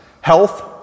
health